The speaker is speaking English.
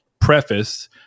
preface